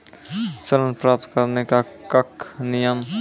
ऋण प्राप्त करने कख नियम?